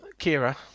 Kira